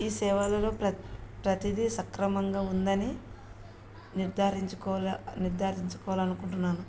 ఈ సేవలలో ప్రతిదీ సక్రమంగా ఉందని నిర్ధారించుకోవాలి అనుకుంటున్నాను